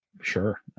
sure